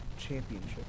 championship